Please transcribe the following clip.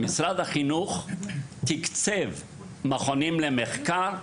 משרד החינוך תקצב מכונים למחקר,